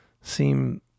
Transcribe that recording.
seem